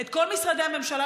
את כל משרדי הממשלה,